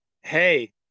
Hey